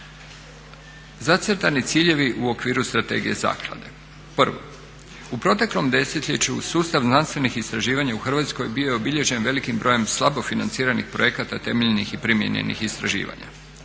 Zacrtani ciljevi u okviru strategije zaklade: 1. U proteklom desetljeću sustav znanstvenih istraživanja u Hrvatskoj bio je obilježen velikim brojem slabo financiranih projekata temeljnih i primijenjenih istraživanja.